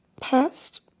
past